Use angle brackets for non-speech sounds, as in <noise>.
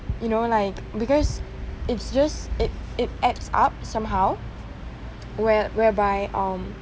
you know like because it's just it it adds up somehow <noise> where whereby um